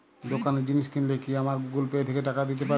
দোকানে জিনিস কিনলে কি আমার গুগল পে থেকে টাকা দিতে পারি?